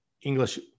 English